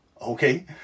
Okay